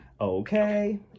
Okay